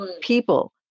people